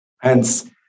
Hence